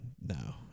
no